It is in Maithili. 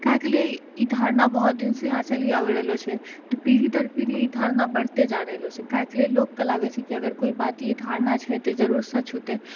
काहेके लिए ई धारणा बहुत दिनसँ यहाँ चलि आबि रहलऽ छै पीढ़ी दर पीढ़ी ई धारणा बढ़िते जा रहलऽ छै काहेके लिए लोकके लागै छै कि अगर कोइ बात ई धारणा छै तऽ ई जरूर सच होतै